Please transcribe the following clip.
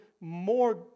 more